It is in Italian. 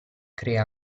crea